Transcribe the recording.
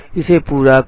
इसे पूरा करो